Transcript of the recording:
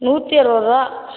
நூற்றி அறுபது ரூபா